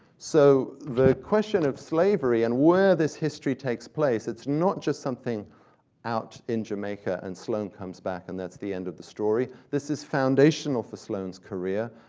so the question of slavery and where this history takes place, it's not just something out in jamaica, and sloane comes back and that's the end of the story. this is foundational for sloane's career.